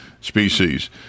species